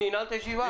אני אנעל את הישיבה.